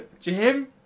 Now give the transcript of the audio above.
Jim